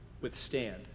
withstand